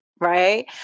Right